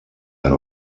per